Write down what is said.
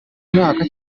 mwaka